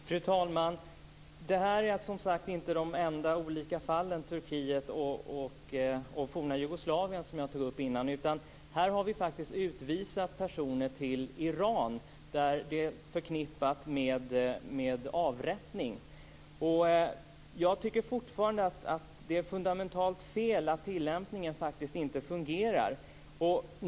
Fru talman! Dessa fall är inte de enda fallen - Turkiet och det forna Jugoslavien. Här har personer utvisats till Iran, där homosexualitet är förknippat med avrättning. Det är fundamentalt fel att tillämpningen inte fungerar.